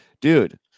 dude